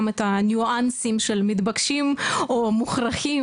את הניואנסים של מתבקשים או מוכרחים,